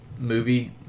movie